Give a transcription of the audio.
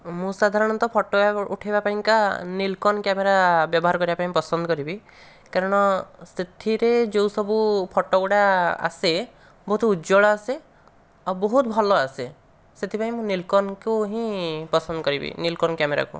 ମୁଁ ସାଧାରଣତଃ ଫଟୋ ଉଠାଇବା ପାଇଁ କା ନୀଲ୍କନ୍ କ୍ୟାମେରା ବ୍ୟବହାର କରିବା ପାଇଁ ପସନ୍ଦ କରିବି କାରଣ ସେଥିରେ ଯେଉଁ ସବୁ ଫଟୋଗୁଡ଼ା ଆସେ ବହୁତ ଉଜ୍ବଳ ଆସେ ଆଉ ବହୁତ ଭଲ ଆସେ ସେଥିପାଇଁ ମୁଁ ନୀଲ୍କନ୍କୁ ହିଁ ପସନ୍ଦ କରିବି ନୀଲ୍କନ୍ କ୍ୟାମେରାକୁ